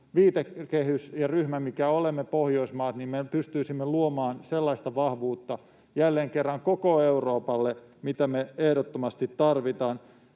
viitekehyksessä ja ‑ryhmässä, mikä olemme, Pohjoismaat, pystyisimme luomaan sellaista vahvuutta jälleen kerran koko Euroopalle, mitä me ehdottomasti tarvitaan.